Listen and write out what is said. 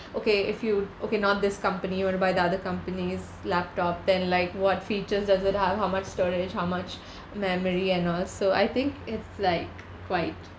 okay if you okay not this company you want to buy the other company's laptop then like what features does it have how much storage how much memory and all so I think it's like quite